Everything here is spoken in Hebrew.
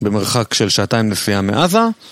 במרחק של שעתיים לפיה מעזה